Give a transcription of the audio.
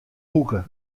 hoeke